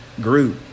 group